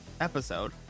episode